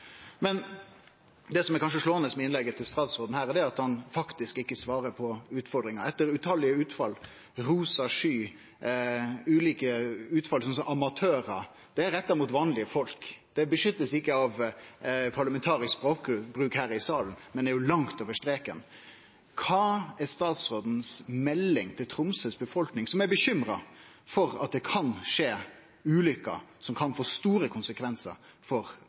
Men det som kanskje er slåande i innlegget til statsråden, er at han faktisk ikkje svarer på utfordringa etter tallause utfall. «Rosa sky», ulike utfall om «amatørar» er retta mot vanlege folk og er ikkje beskytta av parlamentarisk språkbruk her i salen, men dei er langt over streken. Kva er statsråden si melding til Tromsøs befolkning, som er bekymra for at det kan skje ulykker som kan få store konsekvensar for